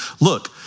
Look